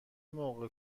موقع